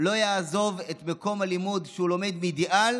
לא יעזוב את מקום הלימוד שהוא לומד בו מאידיאל